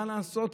מה לעשות?